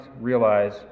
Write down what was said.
realize